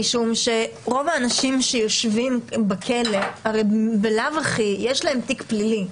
משום שרוב האנשים שיושבים בכלא הרי בלאו הכי יש להם תיק פלילי.